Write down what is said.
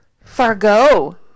Fargo